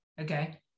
okay